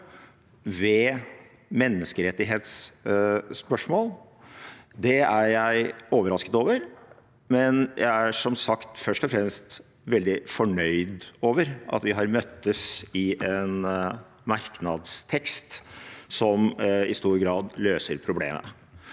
ved menneskerettighetsspørsmål, er jeg overrasket over. Men jeg er som sagt først og fremst veldig fornøyd med at vi har møttes i en merknadstekst som i stor grad løser problemet.